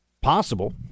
possible